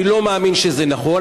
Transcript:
אני לא מאמין שזה נכון,